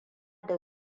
da